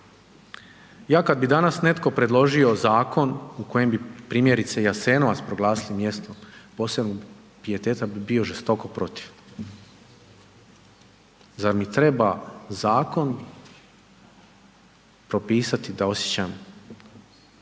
Ja kad bi danas netko predložio zakon u kojem bi primjerice Jasenovac proglasili mjestom posebnog pijeteta bi bio žestoko protiv. Zar mi treba zakon propisati da osjećam